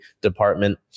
department